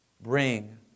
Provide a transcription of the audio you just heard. bring